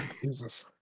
Jesus